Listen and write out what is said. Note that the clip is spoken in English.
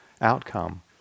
outcome